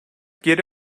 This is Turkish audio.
geri